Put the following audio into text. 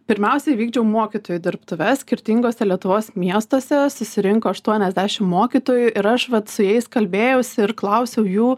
pirmiausia vykdžiau mokytojų dirbtuves skirtinguose lietuvos miestuose susirinko aštuoniasdešim mokytojų ir aš vat su jais kalbėjausi ir klausiau jų